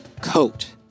coat